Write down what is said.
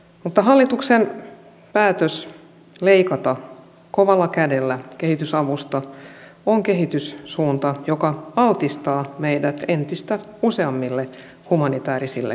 mutta hallituksen päätös leikata kovalla kädellä kehitysavusta on kehityssuunta joka altistaa meidät entistä useammille humanitäärisille kriiseille